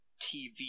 TV